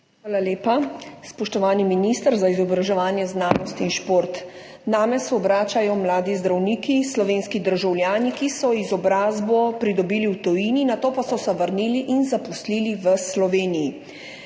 Hvala lepa. Spoštovani minister za izobraževanje, znanost in šport! Name se obračajo mladi zdravniki slovenski državljani, ki so izobrazbo pridobili v tujini, nato pa so se vrnili in zaposlili v Sloveniji.